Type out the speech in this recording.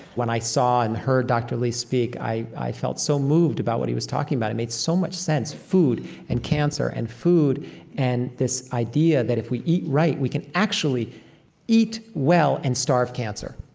when i saw and heard dr. li speak, i i felt so moved about what he was talking about. it made so much sense. food and cancer and food and this idea that, if we eat right, we can actually eat well and starve cancer.